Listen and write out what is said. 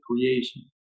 creation